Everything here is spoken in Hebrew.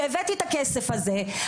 שהבאתי את הכסף הזה,